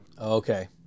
Okay